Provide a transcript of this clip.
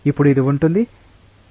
ఇప్పుడు ఇది ఉంటుంది Pn ×Δl ×1